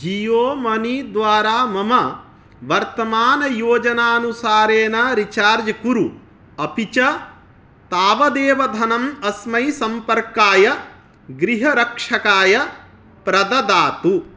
Jio money द्वारा मम वर्तमानयोजनानुसारेण रिचार्ज् कुरु अपि च तावदेव धनम् अस्मै सम्पर्काय गृहरक्षकाय प्रददातु